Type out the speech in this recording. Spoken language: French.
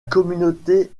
communauté